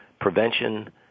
prevention